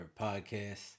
podcast